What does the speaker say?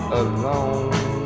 alone